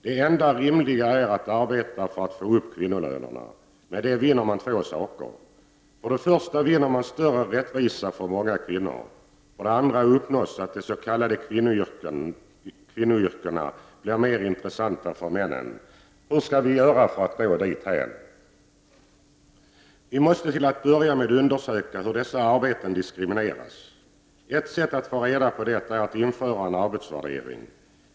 Det enda rimliga är att arbeta för att höja kvinnolönerna. Med det vinner man två saker. För det första vinner man större rättvisa för många kvinnor. För det andra blir de s.k. kvinnoyrkena mer intressanta för männen. Hur skall vi göra för att nå dithän? Vi måste till att börja med undersöka hur dessa arbeten diskrimineras. Ett sätt att få reda på det är att införa en arbetsvärdering.